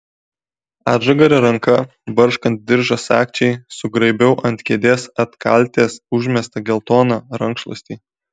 atžagaria ranka barškant diržo sagčiai sugraibiau ant kėdės atkaltės užmestą geltoną rankšluostį